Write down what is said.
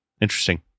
interesting